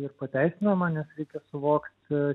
ir pateisinama nes reikia suvokti